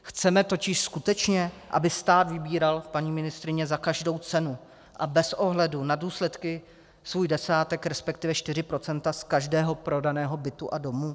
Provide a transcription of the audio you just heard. Chceme totiž skutečně, aby stát vybíral, paní ministryně, za každou cenu a bez ohledu na důsledky svůj desátek, respektive 4 % z každého prodaného bytu a domu?